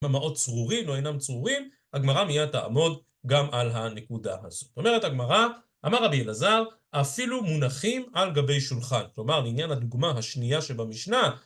ממעות צרורים, או אינם צרורים, הגמרא מיד תעמוד גם על הנקודה הזו. זאת אומרת, הגמרא, אמר רבי אלעזר, אפילו מונחים על גבי שולחן. כלומר, עניין הדוגמה השנייה שבמשנה,